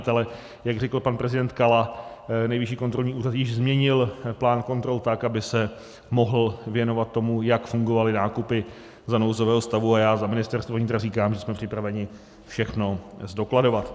Ale jak řekl pan prezident Kala, Nejvyšší kontrolní úřad již změnil plán kontrol tak, aby se mohl věnovat tomu, jak fungovaly nákupy za nouzového stavu, a já za Ministerstvo vnitra říkám, že jsme připraveni všechno zdokladovat.